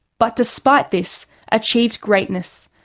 but despite this achieved greatness,